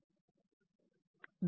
दूसरा एक तटस्थता है